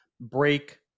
break